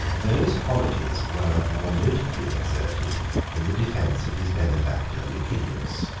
those qualities were more nobly exerted in the defence of his benefactor licinius.